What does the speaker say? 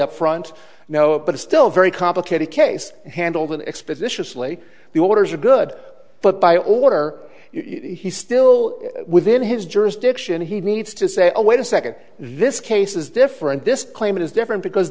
up front now but it's still very complicated case handled in expeditiously the orders are good but by order he's still within his jurisdiction he needs to say oh wait a second this case is different this claim is different because